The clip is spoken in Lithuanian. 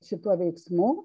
šituo veiksmu